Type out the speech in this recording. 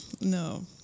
No